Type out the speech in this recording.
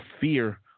fear